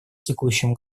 текущем